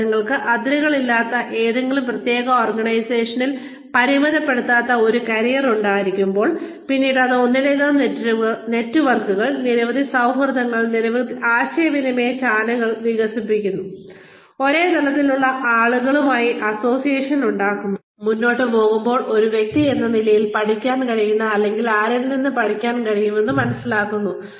അതിനാൽ നിങ്ങൾക്ക് അതിരുകളില്ലാത്ത ഏതെങ്കിലും പ്രത്യേക ഓർഗനൈസേഷനിൽ പരിമിതപ്പെടാത്ത ഒരു കരിയർ ഉണ്ടായിരിക്കുമ്പോൾ പിന്നീടത് ഒന്നിലധികം നെറ്റ്വർക്കുകൾ നിരവധി സൌഹൃദങ്ങൾ നിരവധി ആശയവിനിമയ ചാനലുകൾ വികസിപ്പിക്കുന്നു ഒരേ തലത്തിലുള്ള ആളുകളുമായി അസോസിയേഷൻ ഉണ്ടാക്കുന്നു മുന്നോട്ട് പോകുമ്പോൾ ഒരു വ്യക്തി എന്ന നിലയിൽ പഠിപ്പിക്കാൻ കഴിയുന്ന അല്ലെങ്കിൽ ആരിൽ നിന്ന് പഠിക്കാൻ കഴിയുമെന്ന് മനസിലാക്കുന്നു